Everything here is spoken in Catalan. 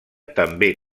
també